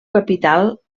capital